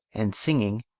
and singing,